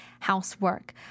Housework